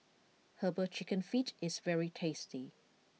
Herbal Chicken Feet is very tasty